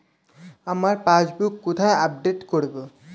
আমার পাসবুক কোথায় আপডেট করব?